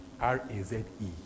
R-A-Z-E